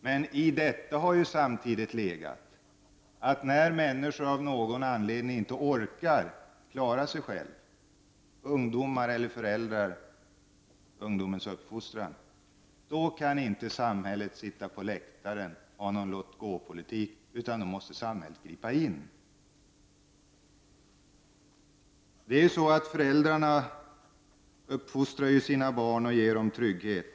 Men i detta har också legat att samhället, när människor av någon anledning inte längre orkar, inte klarar sig själva — det gäller ungdomar och föräldrar och då även ungdomsfostran — inte kan så att säga sitta på läktaren och ha en låt-gå-politik, utan då måste samhället gripa in. Föräldrarna uppfostrar ju sina barn och ger dem trygghet.